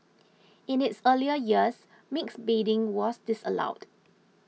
in its earlier years mixed bathing was disallowed